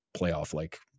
playoff-like